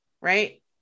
right